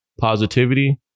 positivity